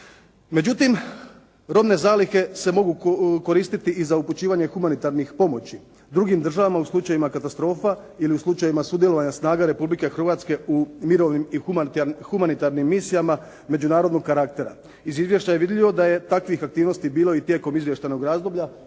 Međutim, robne zalihe se mogu koristiti i za upućivanje humanitarnih pomoći. Drugim državama u slučajevima katastrofa ili u slučajevima sudjelovanja snaga Republike Hrvatske u mirovnim i humanitarnim misijama međunarodnog karaktera. Iz izvješća je vidljivo da je takvih aktivnosti bilo i tijekom izvještajnog razdoblja